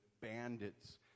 bandits